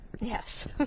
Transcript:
Yes